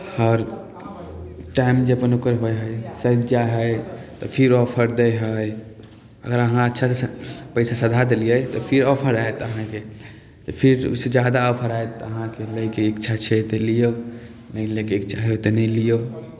आओर टाइम जे अपन ओकर होइ हइ सधि जाइ हइ तऽ फेर ऑफर दै हइ अगर अहाँ अच्छासँ पैसा सधा देलियै तऽ फेर ऑफर आयत अहाँके तऽ फेर ओहिसँ जादा ऑफर आयत अहाँके लएके इच्छा छै तऽ लियो नहि लएके इच्छा हइ तऽ नहि लियौ